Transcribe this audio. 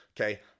Okay